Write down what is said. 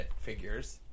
figures